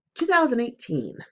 2018